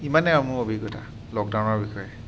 ইমানে আৰু মোৰ অভিজ্ঞতা লকডাউনৰ বিষয়ে